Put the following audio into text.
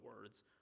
words